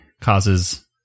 causes